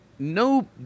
no